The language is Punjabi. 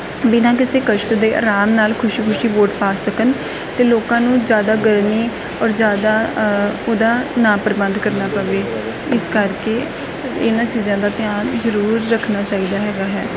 ਬਿਨਾਂ ਕਿਸੇ ਕਸ਼ਟ ਦੇ ਆਰਾਮ ਨਾਲ ਖੁਸ਼ੀ ਖੁਸ਼ੀ ਵੋਟ ਪਾ ਸਕਨ ਅਤੇ ਲੋਕਾਂ ਨੂੰ ਜ਼ਿਆਦਾ ਗਰਮੀ ਔਰ ਜ਼ਿਆਦਾ ਉਹਦਾ ਨਾ ਪ੍ਰਬੰਧ ਕਰਨਾ ਪਵੇ ਇਸ ਕਰਕੇ ਇਹਨਾਂ ਚੀਜ਼ਾਂ ਦਾ ਧਿਆਨ ਜ਼ਰੂਰ ਰੱਖਣਾ ਚਾਹੀਦਾ ਹੈਗਾ ਹੈ